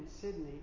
Sydney